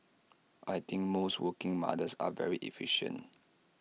I think most working mothers are very efficient